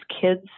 kids